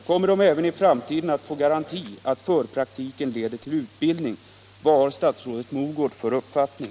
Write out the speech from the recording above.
Kommer de i framtiden att även få garanti för att förpraktiken leder till utbildning? Vad har statsrådet Mogård för uppfattning?